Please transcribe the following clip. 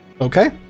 Okay